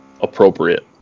appropriate